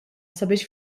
sabiex